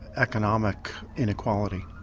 economic inequality.